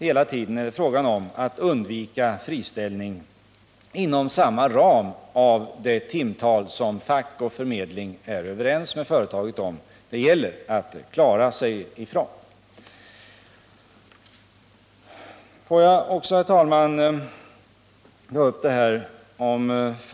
Hela tiden är det fråga om att undvika friställningar inom den ram man kommit överens om Låt mig också ta upp frågan om att företagen skulle kunna göra vinster Fredagen den genom detta bidragssystem.